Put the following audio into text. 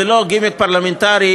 זה לא גימיק פרלמנטרי,